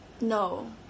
No